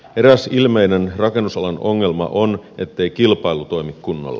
eräs ilmeinen rakennusalan ongelma on ettei kilpailu toimi kunnolla